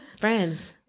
friends